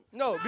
no